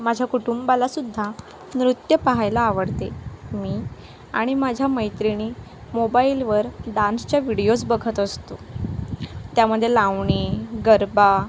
माझ्या कुटुंबाला सुद्धा नृत्य पाहायला आवडते मी आणि माझ्या मैत्रिणी मोबाईलवर डान्सचे व्हिडिओज बघत असतो त्यामध्ये लावणी गरबा